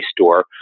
Store